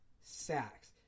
sacks